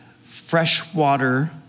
freshwater